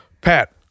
Pat